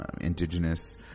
indigenous